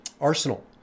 arsenal